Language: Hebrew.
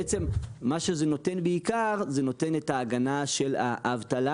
בעצם זה בעיקר נותן את ההגנה של האבטלה,